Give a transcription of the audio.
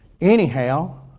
anyhow